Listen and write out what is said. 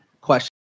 question